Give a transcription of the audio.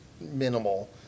minimal